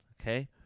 okay